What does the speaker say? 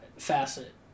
Facet